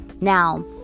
Now